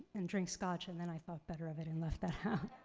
and drink scotch, and then i thought better of it and left that and